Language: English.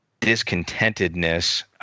discontentedness